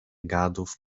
gadów